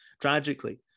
tragically